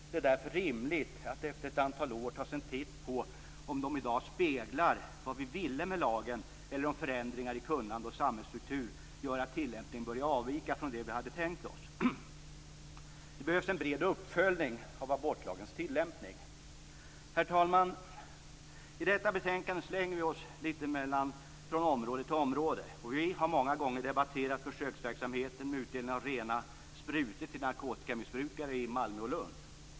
Det är därför rimligt att efter ett antal år ta sig en titt på om de i dag speglar vad vi ville med lagarna eller om förändringar i kunnande och samhällsstruktur gör att tillämpningen har börjat avvika från vad vi tänkt oss. Det behövs en bred uppföljning av abortlagens tillämpning. Herr talman! I detta betänkande slänger vi oss från område till område. Vi har många gånger debatterat försöksverksamheten med utdelning av rena sprutor till narkotikamissbrukare i Malmö och Lund.